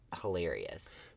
hilarious